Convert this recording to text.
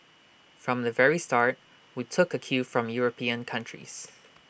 from the very start we took A cue from european countries